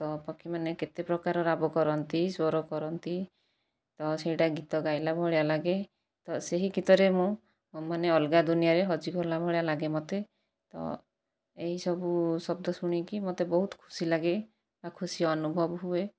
ତ ପକ୍ଷୀମାନେ କେତେ ପ୍ରକାର ରାବ କରନ୍ତି ସ୍ଵର କରନ୍ତି ତ ସେଟା ଗୀତ ଗାଇଲା ଭଳିଆ ଲାଗେ ତ ସେହି ଗୀତରେ ମୁଁ ମାନେ ଅଲଗା ଦୁଇନିଆରେ ହଜି ଗଲା ଭଳିଆ ଲାଗେ ମତେ ତ ଏହି ସବୁ ଶବ୍ଦ ଶୁଣିକି ମତେ ବହୁତ ଖୁସି ଲାଗେ ଆଉ ଖୁସି ଅନୁଭବ ହୁଏ